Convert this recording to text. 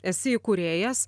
esi įkūrėjas